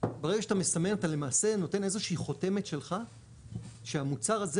ברגע שאתה מסמן אתה למעשה נותן איזושהי חותמת שלך שהמוצר הזה